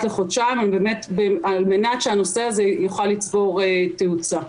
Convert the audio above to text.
לחודשיים על מנת שהנושא הזה יוכל לצבור תאוצה.